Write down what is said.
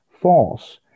false